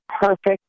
perfect